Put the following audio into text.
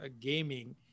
gaming